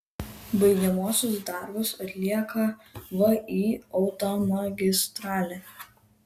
baigiamuosius darbus atlieka vį automagistralė